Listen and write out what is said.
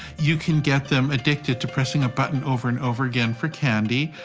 you can get them addicted to pressing a button over and over again for candy.